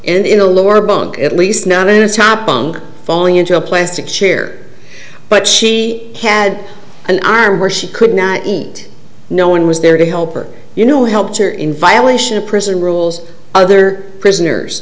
the lower bunk at least not in a top bunk falling into a plastic chair but she had an arm where she could not eat no one was there to help or you know help her in violation of prison rules other prisoners